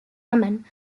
lemon